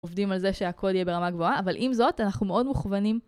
עובדים על זה שהקוד יהיה ברמה גבוהה, אבל עם זאת אנחנו מאוד מוכוונים.